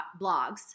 blogs